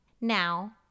Now